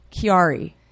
Kiari